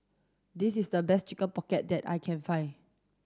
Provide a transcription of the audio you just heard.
this is the best chicken pocket that I can find